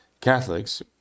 Catholics